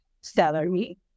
salary